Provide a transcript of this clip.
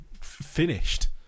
finished